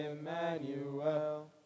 Emmanuel